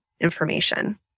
Information